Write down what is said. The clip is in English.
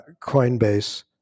Coinbase